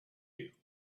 you